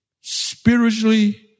spiritually